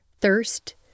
thirst